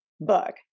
book